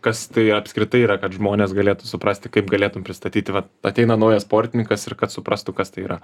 kas tai apskritai yra kad žmonės galėtų suprasti kaip galėtum pristatyti vat ateina naujas sportininkas ir kad suprastų kas tai yra